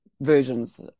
versions